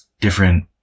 different